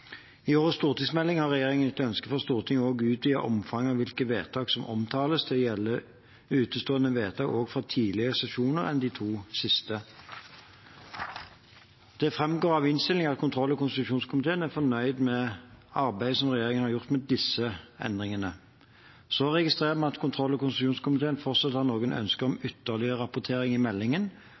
I årets stortingsmelding har regjeringen etter ønske fra Stortinget også utvidet omfanget av hvilke vedtak som omtales. Det gjelder utestående vedtak også fra tidligere sesjoner enn de to siste. Det framgår av innstillingen at kontroll- og konstitusjonskomiteen er fornøyd med arbeidet regjeringen har gjort med disse endringene. Så registrerer vi at kontroll- og konstitusjonskomiteen fortsatt har noen ønsker om ytterligere rapportering i meldingen,